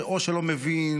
או שלא מבין,